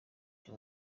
cyo